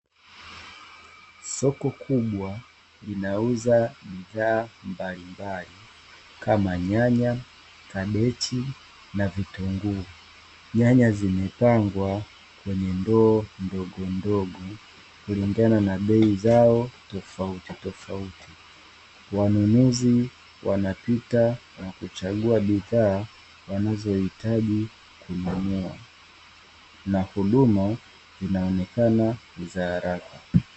Soko kubwa inauza bidhaa mbalimbali kama nyanya kabeti na nyanya zimepangwa kwenye ndoa ndo na na bei zao tofauti tofauti, na kuchagua bidhaa wanazohitaji na huduma inaonekana za haraka.